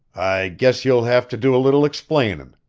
i guess you'll have to do a little explainin',